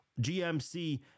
GMC